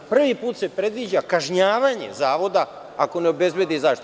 Prvi put se predviđa kažnjavanje zavoda ako ne obezbedi zaštitu.